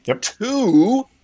two